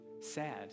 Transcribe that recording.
sad